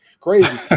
Crazy